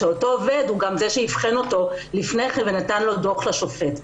שאותו עובד הוא גם זה שאבחן אותו לפני כן ונתן לו דוח לשופט.